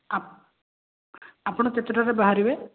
ଆପ ଆପଣ କେତେଟାରେ ବାହାରିବେ